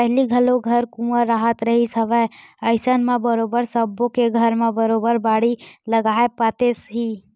पहिली घरो घर कुँआ राहत रिहिस हवय अइसन म बरोबर सब्बो के घर म बरोबर बाड़ी लगाए पातेस ही